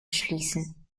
schließen